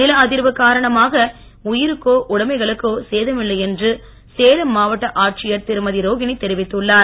நில அதிர்வு காரணமாக உயிருக்கோ உடமைகளுக்கோ சேதமில்லை என்று சேலம் மாவட்ட ஆட்சியர் திருமதி ரோகினி தெரிவித்துள்ளார்